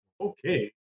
Okay